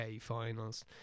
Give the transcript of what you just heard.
finals